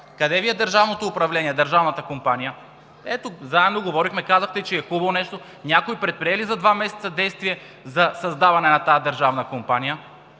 Къде Ви е държавното управление, държавната компания? Ето, заедно говорихме, казахте, че е хубаво нещо, а за два месеца някой предприе ли действия за създаване на тази държавна компания?